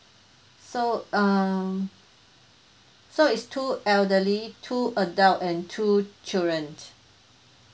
so um so is two elderly two adult and two children